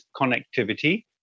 Connectivity